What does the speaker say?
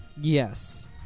Yes